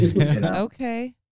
Okay